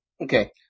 Okay